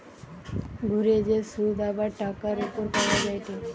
ঘুরে যে শুধ আবার টাকার উপর পাওয়া যায়টে